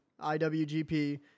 IWGP